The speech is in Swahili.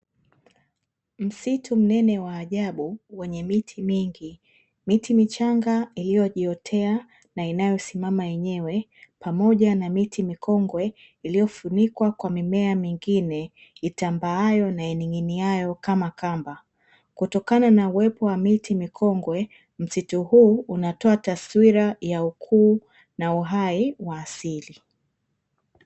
Msitu mnene wa ajabu, wenye miti mingi , miti michanga , iliyojiotea na inayo simama yeneyewe, pamoja na miti mikongwe, iliofunikwa kwa mimea mingine itambaayo na ining'iniayo kama kamba. Kutokana na uwepo wa miti mikongwe , msitu huu unatoa taswira ya ukuu na uhai wa asili.